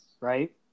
right